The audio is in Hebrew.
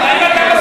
מסכים?